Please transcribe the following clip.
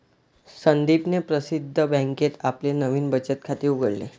संदीपने प्रसिद्ध बँकेत आपले नवीन बचत खाते उघडले